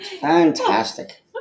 Fantastic